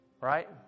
right